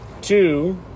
Two